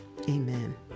Amen